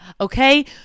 okay